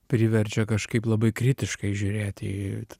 priverčia kažkaip labai kritiškai žiūrėt į t